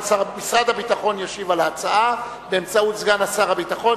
משרד הביטחון ישיב על ההצעה באמצעות סגן שר הביטחון.